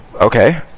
Okay